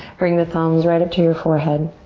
bring the thumbs right up to your forehead.